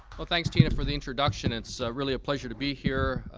well, thanks, tina, for the introduction. it's really a pleasure to be here.